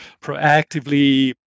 proactively